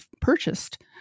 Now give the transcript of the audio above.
purchased